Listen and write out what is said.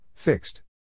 Fixed